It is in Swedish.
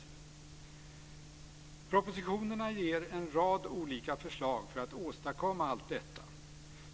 I propositionerna ges en rad olika förslag för att åstadkomma allt detta.